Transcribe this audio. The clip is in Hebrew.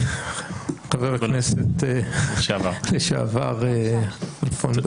חבר הכנסת לשעבר כלפון,